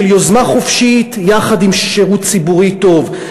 של יוזמה חופשית יחד עם שירות ציבורי טוב,